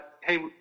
hey